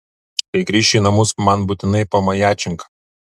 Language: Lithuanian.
kai grįši į namus man būtinai pamajačink